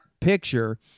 picture